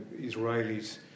Israelis